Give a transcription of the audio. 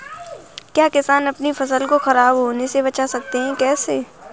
क्या किसान अपनी फसल को खराब होने बचा सकते हैं कैसे?